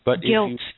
Guilt